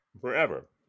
Forever